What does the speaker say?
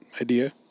idea